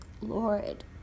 Lord